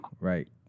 Right